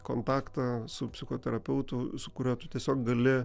kontaktą su psichoterapeutu su kuriuo tu tiesiog gali